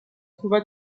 trouva